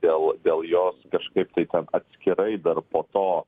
dėl dėl jos kažkaip tai ten atskirai dar po to